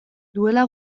duela